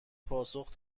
پاسخ